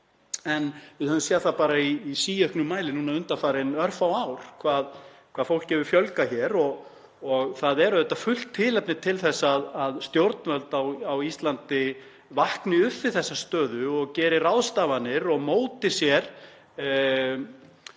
Við höfum séð það bara í síauknum mæli núna undanfarin örfá ár hvað fólki hefur fjölgað hér og það er auðvitað fullt tilefni til að stjórnvöld á Íslandi vakni upp við þessa stöðu og geri ráðstafanir og móti sér